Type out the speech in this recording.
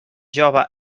jove